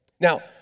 Now